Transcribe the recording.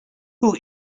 who